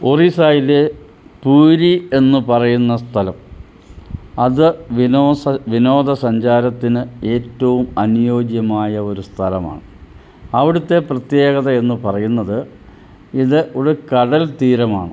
ഒറീസായിലെ പൂരി എന്നു പറയുന്ന സ്ഥലം അത് വിനോദസഞ്ചാരം വിനോദസഞ്ചാരത്തിന് ഏറ്റവും അനുയോജ്യമായ ഒരു സ്ഥലമാണ് അവിടുത്തെ പ്രത്യേകതയെന്നു പറയുന്നത് ഇത് ഒരു കടൽ തീരമാണ്